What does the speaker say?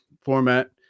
format